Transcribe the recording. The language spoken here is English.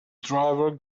driver